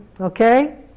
okay